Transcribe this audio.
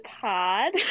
pod